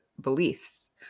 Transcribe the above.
beliefs